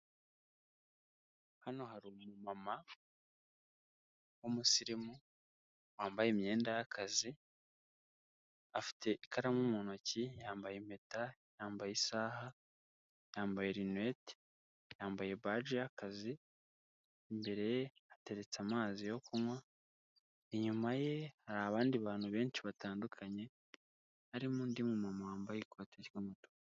Hano hari umumama w'umusirimu wambaye imyenda y'akazi, afite ikaramu mu ntoki, yambaye impeta, yambaye isaha, yambaye rinete, yambaye bage y'akazi, imbere ye hateretse amazi yo kunywa, inyuma ye hari abandi bantu benshi batandukanye, harimo undi muntu wambaye ikoti ry'umutuku.